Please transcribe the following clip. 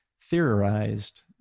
theorized